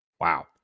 wow